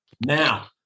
Now